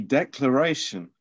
declaration